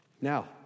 Now